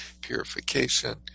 Purification